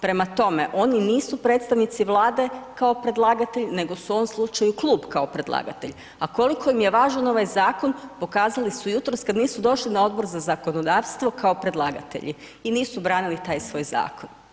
Prema tome, oni nisu predstavnici Vlade kao predlagatelj nego su u ovom slučaju klub kao predlagatelj a koliko im je važan ovaj zakon, pokazali su jutros kad nisu došli na Odbor za zakonodavstvo kao predlagatelji i nisu branili taj svoj zakon.